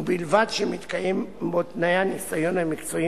ובלבד שמתקיימים בו תנאי הניסיון המקצועי